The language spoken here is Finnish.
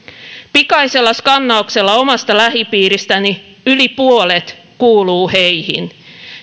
pikaisella skannauksella omasta lähipiiristäni yli puolet kuuluu heihin